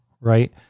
right